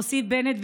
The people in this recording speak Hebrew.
הוסיף בנט,